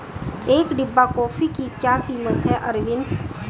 एक डिब्बा कॉफी की क्या कीमत है अरविंद?